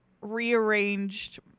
rearranged